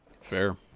Fair